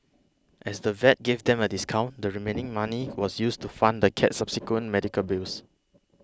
as the vet gave them a discount the remaining money was used to fund the cat's subsequent medical bills